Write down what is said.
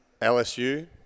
LSU